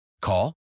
Call